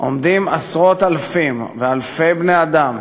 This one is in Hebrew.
עומדים עשרות אלפים ואלפי בני-אדם